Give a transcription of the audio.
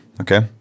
okay